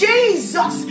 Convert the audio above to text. Jesus